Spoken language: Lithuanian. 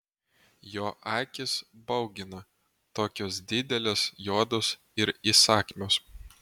jo akys baugina tokios didelės juodos ir įsakmios